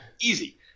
Easy